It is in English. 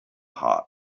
heart